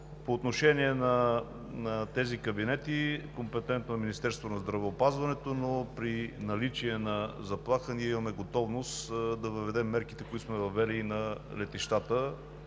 По отношение на тези кабинети е компетентно Министерството на здравеопазването, но при наличие на заплаха ние имаме готовност да въведем мерките, които сме въвели и на летищата